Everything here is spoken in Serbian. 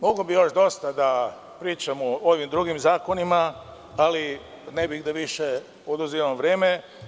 Mogao bih još dosta da pričam o ovim drugim zakonima, ali ne bih da više oduzimam vreme.